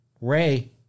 Ray